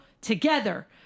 together